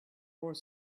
more